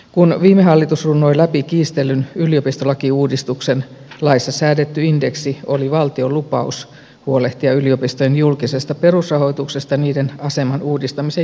kun viime hallitus runnoi läpi kiistellyn yliopistolakiuudistuksen laissa säädetty indeksi oli valtion lupaus huolehtia yliopistojen julkisesta perusrahoituksesta niiden aseman uudistamisen jälkeenkin